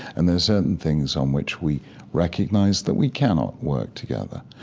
and there are certain things on which we recognize that we cannot work together.